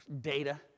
data